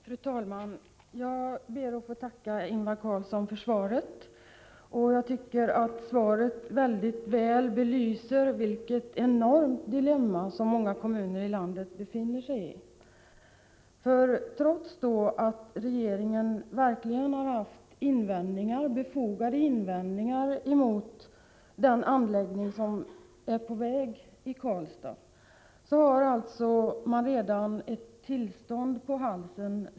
Prot. 1985/86:67 Fru talman! Jag ber att få tacka Ingvar Carlsson för svaret. Jag tycker att 30 januari 1986 svaret väldigt väl belyser vilket enormt dilemma som många kommuner i landet befinner sig i. Trots att regeringen verkligen har haft befogade ERE TMS RRR invändningar mot den anläggning som är på väg i Karlstad, har man ur FOreR fär AR : l kommuninvånarnas synvinkel sett redan ett tillstånd på halsen.